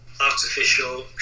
Artificial